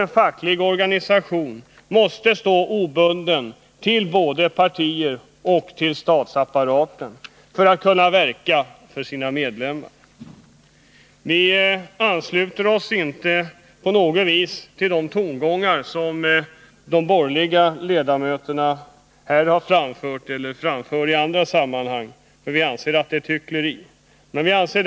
En facklig organisation måste faktiskt stå obunden både Onsdagen den till partier och till statsapparaten för att kunna verka för sina medlem 19 november 1980 mar. Vi ansluter oss inte på något vis till de synpunkter som de borgerliga ledamöterna både här och i andra sammanhang har framfört. Vad de säger är enligt vår mening hyckleri.